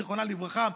זיכרונה לברכה,